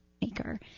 maker